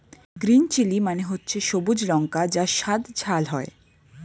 green chilli মানে হচ্ছে সবুজ লঙ্কা যার স্বাদ ঝাল হয়